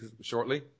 shortly